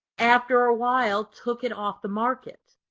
after a while took it off the market.